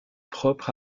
propre